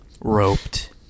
Roped